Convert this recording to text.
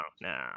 no